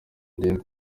diego